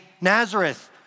Nazareth